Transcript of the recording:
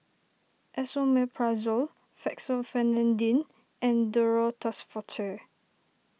Esomeprazole Fexofenadine and Duro Tuss Forte